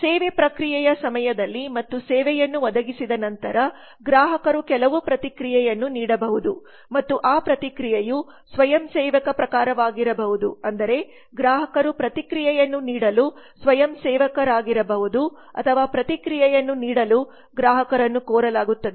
ಸೇವೆ ಪ್ರಕ್ರಿಯೆಯ ಸಮಯದಲ್ಲಿ ಮತ್ತು ಸೇವೆಯನ್ನು ಒದಗಿಸಿದ ನಂತರ ಗ್ರಾಹಕರು ಕೆಲವು ಪ್ರತಿಕ್ರಿಯೆಯನ್ನು ನೀಡಬಹುದು ಮತ್ತು ಆ ಪ್ರತಿಕ್ರಿಯೆಯು ಸ್ವಯಂಸೇವಕ ಪ್ರಕಾರವಾಗಿರಬಹುದು ಅಂದರೆ ಗ್ರಾಹಕರು ಪ್ರತಿಕ್ರಿಯೆಯನ್ನು ನೀಡಲು ಸ್ವಯಂಸೇವಕರಾಗಿರಬಹುದು ಅಥವಾ ಪ್ರತಿಕ್ರಿಯೆಯನ್ನು ನೀಡಲು ಗ್ರಾಹಕರನ್ನು ಕೋರಲಾಗುತ್ತದೆ